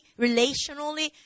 relationally